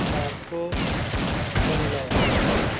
Moscow Bangalore